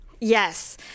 Yes